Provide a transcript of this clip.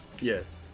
yes